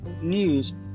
news